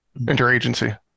interagency